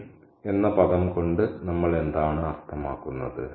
keen എന്ന പദം കൊണ്ട് നമ്മൾ എന്താണ് അർത്ഥമാക്കുന്നത്